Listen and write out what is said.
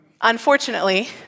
Unfortunately